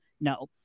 no